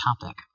topic